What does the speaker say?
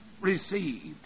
received